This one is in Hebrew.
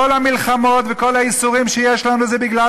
כל המלחמות וכל הייסורים שיש לנו זה מכיוון